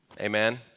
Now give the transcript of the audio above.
Amen